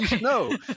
no